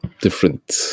different